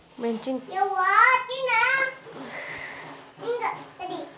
ಮೆಣಸಿನಕಾಯಿ ಬೆಳ್ಯಾಗ್ ಶಿಲೇಂಧ್ರ ರೋಗದ ಲಕ್ಷಣ ಯಾವ್ಯಾವ್ ಅದಾವ್?